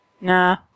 Nah